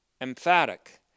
emphatic